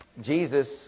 Jesus